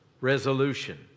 resolution